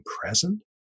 present